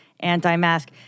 anti-mask